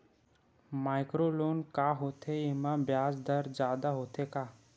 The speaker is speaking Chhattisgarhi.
माइक्रो लोन का होथे येमा ब्याज दर जादा होथे का?